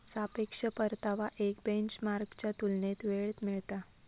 सापेक्ष परतावा एक बेंचमार्कच्या तुलनेत वेळेत मिळता